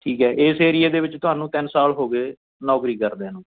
ਠੀਕ ਹੈ ਇਸ ਏਰੀਏ ਦੇ ਵਿੱਚ ਤੁਹਾਨੂੰ ਤਿੰਨ ਸਾਲ ਹੋ ਗਏ ਨੌਕਰੀ ਕਰਦਿਆਂ ਨੂੰ